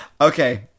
okay